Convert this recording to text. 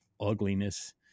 ugliness